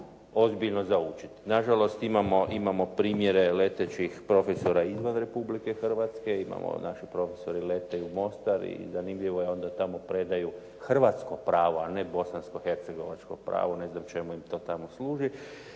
ozbiljno za učiti. Na žalost imamo primjere letećih profesora izvan Republike Hrvatske, imamo, naši profesori lete u Mostar i zanimljivo je, onda tamo predaju hrvatsko pravo a ne bosanskohercegovačko pravo, ne znam čemu im to tamo služi.